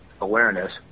awareness